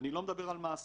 אני לא מדבר על מאסר.